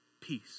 peace